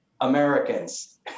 Americans